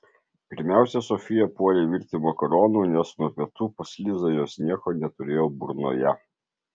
pirmiausia sofija puolė virti makaronų nes nuo pietų pas lizą jos nieko neturėjo burnoje